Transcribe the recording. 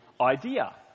idea